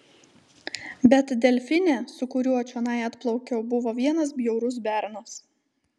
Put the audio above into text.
bet delfine su kuriuo čionai atplaukiau buvo vienas bjaurus bernas